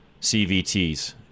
CVTs